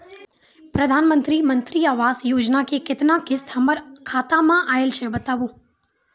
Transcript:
प्रधानमंत्री मंत्री आवास योजना के केतना किस्त हमर खाता मे आयल छै बताबू?